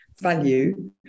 value